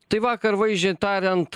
tai vakar vaizdžiai tariant